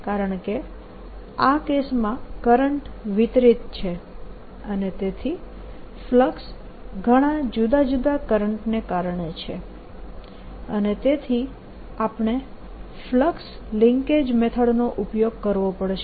કારણકે આ કેસમાં કરંટ વિતરીત છે અને તેથી ફ્લક્સ ઘણાં જુદા જુદા કરંટને કારણે છે અને તેથી આપણે ફ્લક્સ લિન્કેજ મેથડ નો ઉપયોગ કરવો પડશે